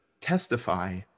testify